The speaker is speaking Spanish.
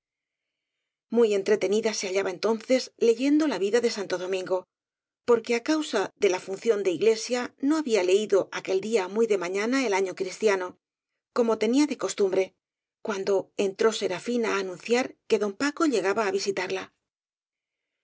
muy entretenida se hallaba entonces leyendo la vida de santo domingo porque á causa de la fun ción de iglesia no había leído aquel día muy de mañana el año cristiano como tenía de costum bre cuando entro serafina á anunciar que don paco llegaba á visitarla